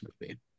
movie